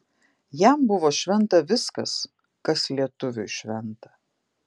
jam buvo šventa viskas kas lietuviui šventa